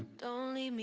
don't i mean